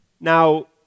Now